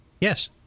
Yes